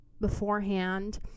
beforehand